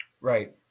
Right